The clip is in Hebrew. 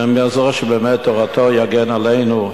ה' יעזור שבאמת תורתו יגן עלינו,